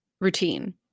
routine